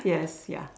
yes ya